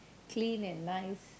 clean and nice